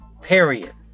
Period